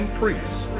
priests